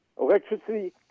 Electricity